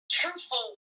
truthful